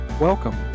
Welcome